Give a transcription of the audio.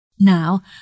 Now